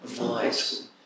Nice